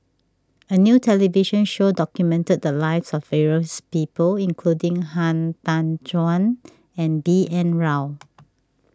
a new television show documented the lives of various people including Han Tan Juan and B N Rao